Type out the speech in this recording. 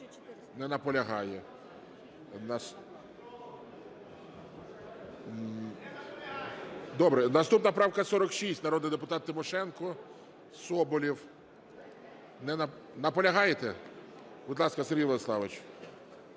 Не наполягає. Добре. Наступна правка 46, народний депутат Тимошенко, Соболєв. Наполягаєте? Будь ласка, Сергій Владиславович.